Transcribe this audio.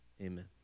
Amen